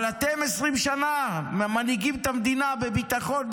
אבל 20 שנה אתם מנהיגים את המדינה בביטחון,